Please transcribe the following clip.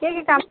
के के काम